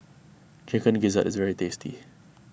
Chicken Gizzard is very tasty